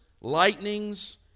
lightnings